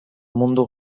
mundu